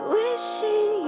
wishing